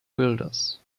builders